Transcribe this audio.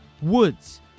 Woods